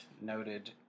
noted